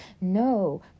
No